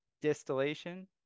distillation